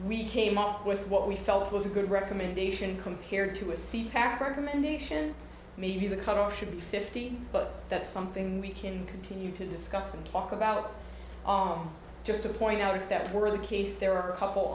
we came up with what we felt was a good recommendation compared to a seat back from a nation maybe the cutoff should be fifteen but that's something we can continue to discuss and talk about on just to point out if that were the case there are a couple